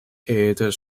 aired